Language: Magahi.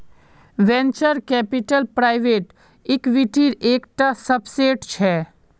वेंचर कैपिटल प्राइवेट इक्विटीर एक टा सबसेट छे